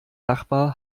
nachbar